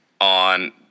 on